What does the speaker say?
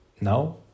now